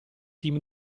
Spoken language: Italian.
team